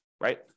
right